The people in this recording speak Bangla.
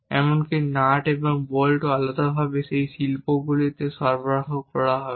এমনকি নাট এবং বোল্টও আলাদাভাবে এই শিল্পগুলিতে সরবরাহ করা হবে